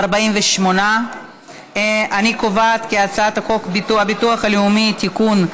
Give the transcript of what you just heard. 48. אני קובעת כי הצעת חוק הביטוח הלאומי (תיקון,